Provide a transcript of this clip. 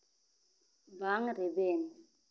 ᱵᱟᱝ ᱨᱮᱵᱮᱱ